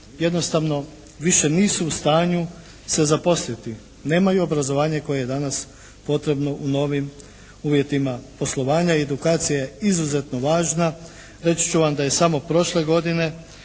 jednostavno više nisu u stanju se zaposliti, nemaju obrazovanje koje je danas potrebno u novim uvjetima poslovanja, edukacija je izuzetno važna. Reći ću vam da je samo prošle godine